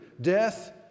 death